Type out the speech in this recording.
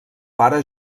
pare